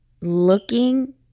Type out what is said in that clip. looking